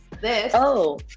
this. oh,